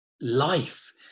life